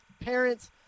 parents